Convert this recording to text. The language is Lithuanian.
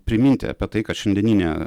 priminti apie tai kad šiandieninė